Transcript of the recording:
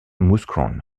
mouscron